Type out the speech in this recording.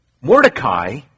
Mordecai